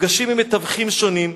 נפגשים עם מתווכים שונים,